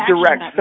direct